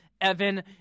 Evan